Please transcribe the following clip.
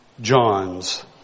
John's